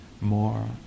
more